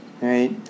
right